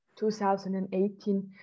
2018